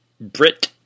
Brit